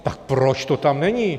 Tak proč to tam není?